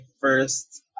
first